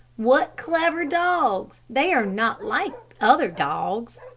what clever dogs. they are not like other dogs.